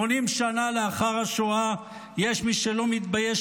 80 שנה לאחר השואה יש מי שלא מתבייש